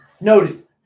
Noted